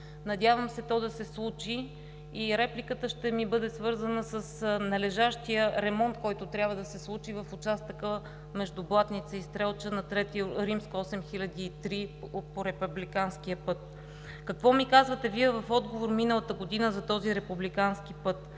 Надявам се то да се случи. Репликата ми е свързана с належащия ремонт, който трябва да се случи в участъка между Блатница и Стрелча на републикански път III-8003. Какво ми казвате Вие в отговор миналата година за този републикански път?